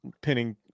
pinning